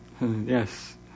Yes